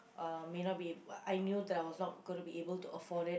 uh may not be I knew that I was not gonna be able to afford it